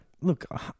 look